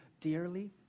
dearly